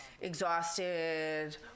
exhausted